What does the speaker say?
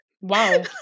Wow